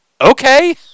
okay